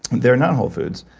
they're not whole foods.